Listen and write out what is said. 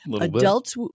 adults